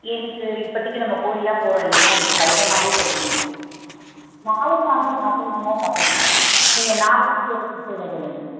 எனக்கு இப்போத்திக்கி நம்ம கோயிலெல்லாம் போகிறோம் இல்லைங்களா எனக்கு சைவமாகவே சொல்லிவிடுங்க நாளைக்கு ஆனால் நாங்கள் அசைவம்தான் சாப்பிடுவோம் நீங்கள் நாளைக்கு எனக்கு அசைவம் சொல்லுங்கள்